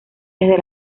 desde